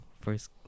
first